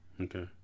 okay